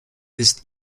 ist